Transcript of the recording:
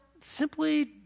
simply